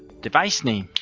device name!